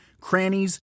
crannies